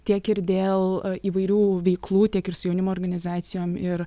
tiek ir dėl įvairių veiklų tiek ir su jaunimo organizacijom ir